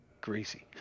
greasy